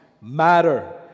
matter